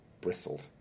bristled